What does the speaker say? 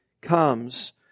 comes